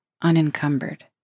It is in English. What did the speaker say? unencumbered